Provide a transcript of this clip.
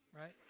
right